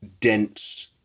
dense